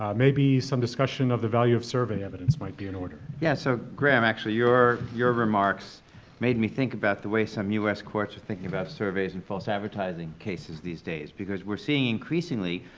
ah maybe some discussion of the value of survey evidence might be in order. yeah, so graeme, actually, your your remarks made me think about the way some u s. courts are thinking about surveys and false advertising cases these days because we're seeing, increasingly,